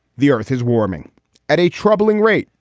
the earth is warming at a troubling rate.